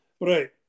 Right